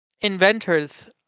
inventors